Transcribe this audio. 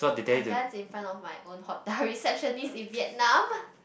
I dance in front of my own hotel receptionist in Vietnam